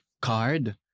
card